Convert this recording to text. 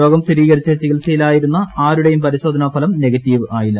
രോഗം സ്ഥിരീകരിച്ച് ചികിത്സയിലിരിക്കുന്ന ആരുടേയും പരിശോധനാഫലം നെഗറ്റീവ് ആയില്ല